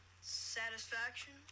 satisfaction